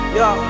yo